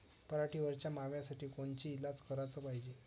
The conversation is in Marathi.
पराटीवरच्या माव्यासाठी कोनचे इलाज कराच पायजे?